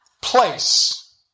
place